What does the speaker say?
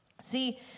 See